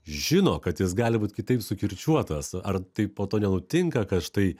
žino kad jis gali būt kitaip sukirčiuotas ar tai po to nenutinka kad štai